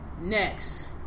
next